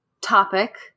topic